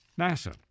NASA